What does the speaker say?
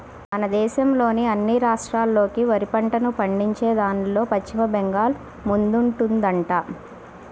మన దేశంలోని అన్ని రాష్ట్రాల్లోకి వరి పంటను పండించేదాన్లో పశ్చిమ బెంగాల్ ముందుందంట